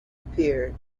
appeared